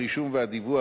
הרישום והדיווח,